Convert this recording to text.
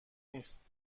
نیست